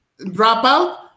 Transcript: dropout